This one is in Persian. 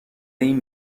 این